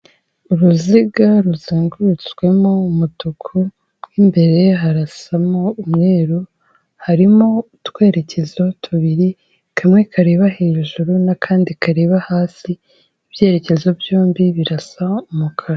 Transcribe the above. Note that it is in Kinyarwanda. Uruziga ruzengurutswemo umutuku mo imbere harasamo umweru, harimo utwerekezo tubiri kamwe kareba hejuru n'akandi kareba hasi, ibyerekezo byombi birasa umukara.